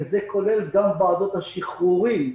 וזה כולל גם ועדות שחרורים.